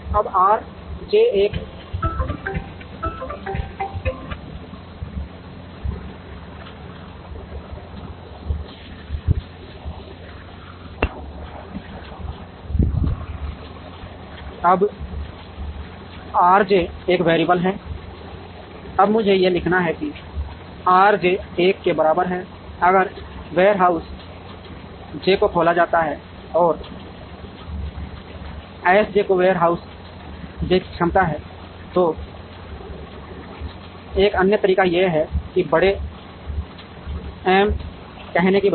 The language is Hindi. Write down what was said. अब R j एक वैरिएबल है अब मुझे यह लिखना है कि R j 1 के बराबर है अगर वेयरहाउस j को खोला जाता है और S j को वेयरहाउस j की क्षमता है तो एक अन्य तरीका यह है कि बड़े m कहने के बजाय